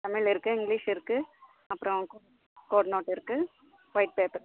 தமிழ் இருக்குது இங்கிலிஷ் இருக்குது அப்புறம் கோடு நோட் இருக்குது ஒயிட் பேப்பர்